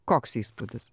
koks įspūdis